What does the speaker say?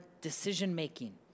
decision-making